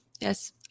yes